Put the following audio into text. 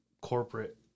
corporate